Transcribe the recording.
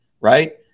right